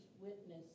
witness